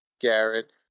Garrett